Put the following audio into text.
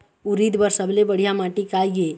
उरीद बर सबले बढ़िया माटी का ये?